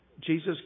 Jesus